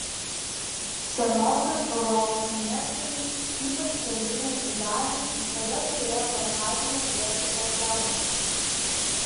senosios europos miestai ypač centrinės jų dalys visada turėjo parkavimo vietų problemą